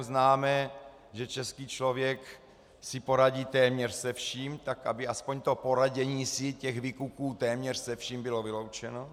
Známe, že český člověk si poradí téměř se vším, tak aby aspoň to poradění si těch vykuků téměř se vším bylo vyloučeno.